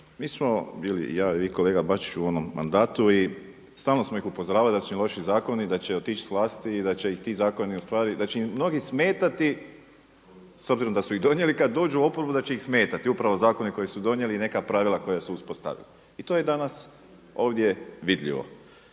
Mi smo bili, ja i kolega Bačić u onom mandatu i stalno smo ih upozoravali da su im loši zakoni i da će otići s vlasti i da će ih ti zakoni ustavi, da će im mnogi smetati s obzirom da su ih donijeli, kada dođu u oporbu da će ih smetati, upravo zakoni koje su donijeli i neka pravila koja su uspostavili. I to je danas, ovdje vidljivo.